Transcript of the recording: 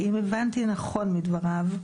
כי אם הבנתי נכון מדבריו,